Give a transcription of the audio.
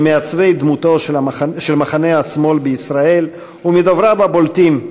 ממעצבי דמותו של מחנה השמאל בישראל ומדובריו הבולטים,